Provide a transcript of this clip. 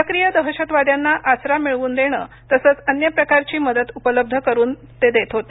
सक्रीय दहशतवाद्यांना आसरा मिळवून देणे तसच अन्य प्रकारची मदत उपलब्ध करून देत होते